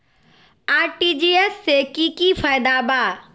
RTGS से की की फायदा बा?